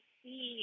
see